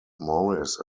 morris